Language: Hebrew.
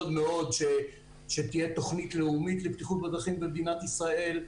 מאוד שתהיה תוכנית לאומית לבטיחות בדרכים במדינת ישראל,